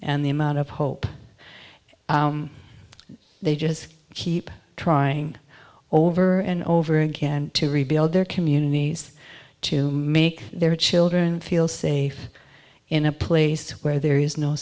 and the amount of hope they just keep trying or over and over again to rebuild their communities to make their children feel safe in a place where there is no